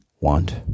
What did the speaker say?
want